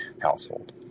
household